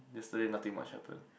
yesterday nothing much happen